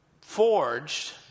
forged